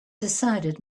decided